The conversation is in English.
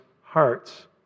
hearts